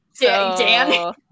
Dan